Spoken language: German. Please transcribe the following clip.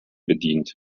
bedient